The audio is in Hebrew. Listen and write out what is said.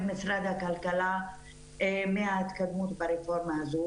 משרד הכלכלה בהתקדמות ברפורמה הזאת,